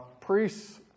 priest's